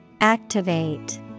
Activate